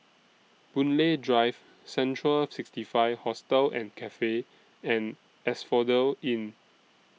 Boon Lay Drive Central sixty five Hostel and Cafe and Asphodel Inn